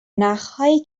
نخهایی